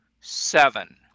seven